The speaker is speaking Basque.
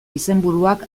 izenburuak